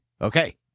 Okay